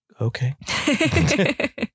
okay